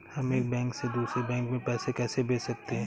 हम एक बैंक से दूसरे बैंक में पैसे कैसे भेज सकते हैं?